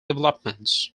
developments